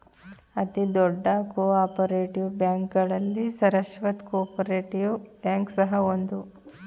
ಅತಿ ದೊಡ್ಡ cooperative ಬ್ಯಾಂಕ್ಗಳಲ್ಲಿ ಸರಸ್ವತ್ ಕೋಪರೇಟಿವ್ ಬ್ಯಾಂಕ್ ಸಹ ಒಂದು